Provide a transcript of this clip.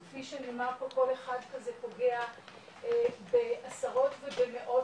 כפי שנאמר פה כל אחד כזה פוגע בעשרות ובמאות